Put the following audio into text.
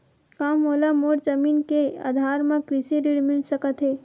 का मोला मोर जमीन के आधार म कृषि ऋण मिल सकत हे?